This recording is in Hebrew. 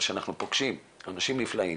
אבל כשאנחנו פוגשים אנשים נפלאים,